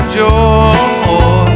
joy